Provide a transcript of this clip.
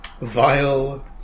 Vile